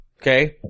Okay